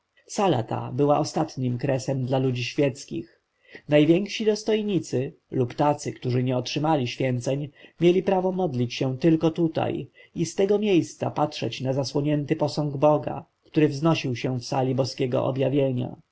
sala ta była ostatnim kresem dla ludzi świeckich najwięksi dostojnicy lecz tacy którzy nie otrzymali święceń mieli prawo modlić się tylko tutaj i z tego miejsca patrzeć na zasłonięty posąg boga który wznosił się w sali boskiego objawienia